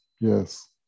Yes